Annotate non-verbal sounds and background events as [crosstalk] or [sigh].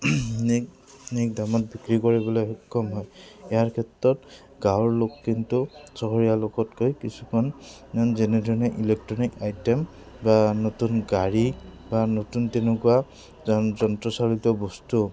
[unintelligible] দামত বিক্ৰী কৰিবলৈ সক্ষম হয় ইয়াৰ ক্ষেত্ৰত গাঁৱৰ লোক কিন্তু চহৰীয়ালোকতকৈ কিছুমান যেনেধৰণে ইলেক্ট্ৰনিক আইটেম বা নতুন গাড়ী বা নতুন তেনেকুৱা যন্ত্ৰচালিত বস্তু